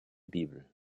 bibel